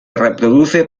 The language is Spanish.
reproduce